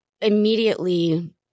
immediately